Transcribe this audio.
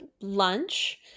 lunch